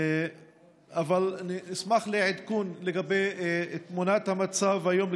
אבל אשמח לעדכון לגבי תמונת המצב היום,